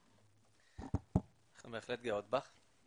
אנחנו בהחלט גאות בך.